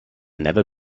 never